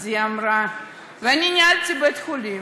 אז היא אמרה: אני ניהלתי בית-חולים,